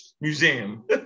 Museum